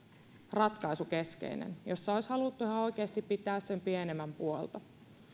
ratkaisukeskeinen jossa olisi haluttu ihan oikeasti pitää sen pienemmän puolta